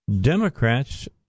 Democrats